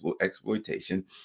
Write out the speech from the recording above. exploitation